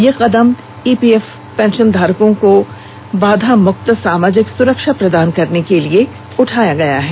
यह कदम ईपीएफ पेंशनधारकों को बाधा मुक्त सामाजिक सुरक्षा प्रदान करने के लिए उठाया गया है